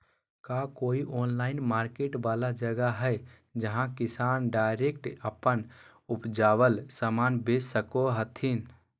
का कोई online market वाला जगह हइ जहां किसान डायरेक्ट अप्पन उपजावल समान बेच सको हथीन?